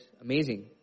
amazing